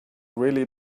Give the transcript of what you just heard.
really